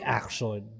action